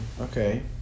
Okay